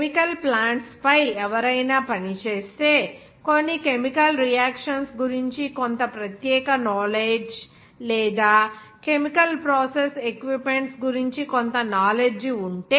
chemical plants పై ఎవరైనా పనిచేస్తే కొన్ని కెమికల్ రియాక్షన్స్ గురించి కొంత ప్రత్యేక నాలెడ్జి లేదా కెమికల్ ప్రాసెస్ ఎక్విప్మెంట్స్ గురించి కొంత నాలెడ్జి ఉంటే